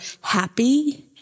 happy